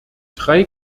drei